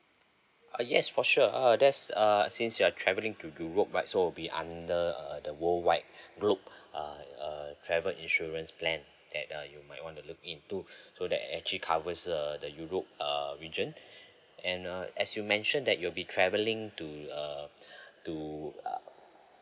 uh yes for sure uh there's uh since you are travelling to europe right so will be under uh the worldwide group uh uh travel insurance plan that uh you might want to look into so that actually covers err the europe err region and uh as you mentioned that you'll be travelling to uh to uh